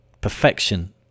Perfection